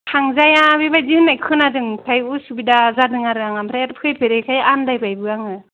थांजाया बेबायदि होननाय खोनादों ओमफ्राय उसुबिदा जादों आरो आं ओमफ्राय आरो फैफेरैखाय आनदायबायबो आङो